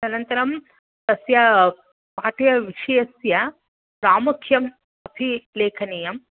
तदन्तरं तस्य पाठ्यविषयस्य प्रामुख्यम् अपि लेखनीयम्